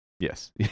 Yes